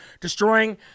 Destroying